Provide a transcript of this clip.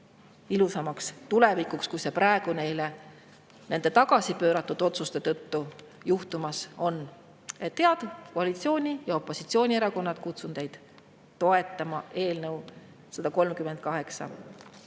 ilusamaks tulevikuks, kui see praegu nende tagasi pööratud otsuste tõttu on. Head koalitsiooni- ja opositsioonierakonnad, kutsun teid toetama eelnõu 138.